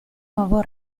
nuovo